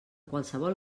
qualsevol